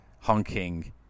honking